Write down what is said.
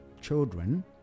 children